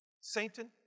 Satan